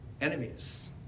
enemies